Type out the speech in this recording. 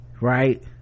right